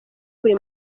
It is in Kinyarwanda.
buri